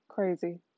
Crazy